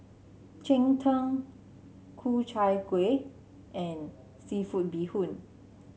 Cheng Tng Ku Chai Kuih and seafood Bee Hoon